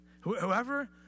Whoever